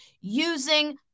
using